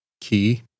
key